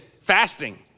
fasting